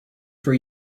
for